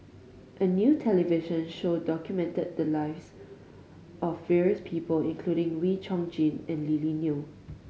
a new television show documented the lives of various people including Wee Chong Jin and Lily Neo